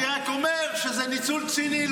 אני רק אומר שזה ניצול ציני.